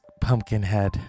Pumpkinhead